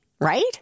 right